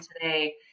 today